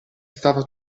stava